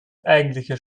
eigentliche